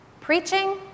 preaching